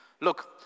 Look